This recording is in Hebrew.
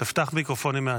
לקריאה השנייה ולקריאה